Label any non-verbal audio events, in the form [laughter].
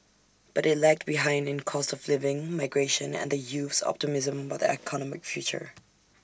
but IT lagged behind in cost of living migration and the youth's optimism about their economic future [noise]